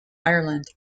ireland